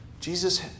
Jesus